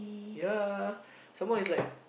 ya some more is like